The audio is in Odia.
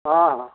ହଁ ହଁ